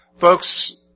Folks